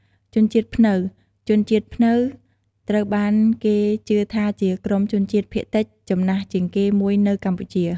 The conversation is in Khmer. ជនជាតិព្រៅ ជនជាតិព្រៅត្រូវបានគេជឿថាជាក្រុមជនជាតិភាគតិចចំណាស់ជាងគេមួយនៅកម្ពុជា។